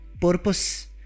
purpose